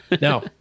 Now